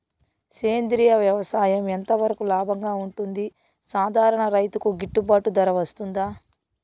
సేంద్రియ వ్యవసాయం ఎంత వరకు లాభంగా ఉంటుంది, సాధారణ రైతుకు గిట్టుబాటు ధర వస్తుందా?